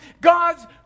God's